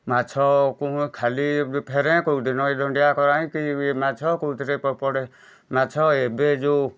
ମାଛକୁଁ ଖାଲି ବି ଫେରେଁ କେଉଁ ଦିନ ଏ ଦଣ୍ଡିଆ କରାଏଁ କି ମାଛ କେଉଁଥିରେ ପଡ଼େ ମାଛ ଏବେ ଯେଉଁ